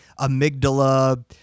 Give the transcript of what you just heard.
amygdala